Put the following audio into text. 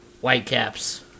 Whitecaps